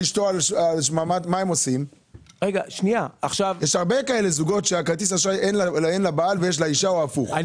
יש הרבה זוגות שלבעל אין כרטיס אשראי אלא רק לאישה או הפוך.